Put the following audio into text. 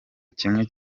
kimwe